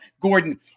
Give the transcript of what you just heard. Gordon